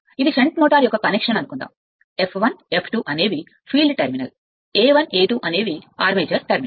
ఇది shunt motor F1 F2యొక్క connection అనుకుందాం F2 field terminal A1 A2 armature terminal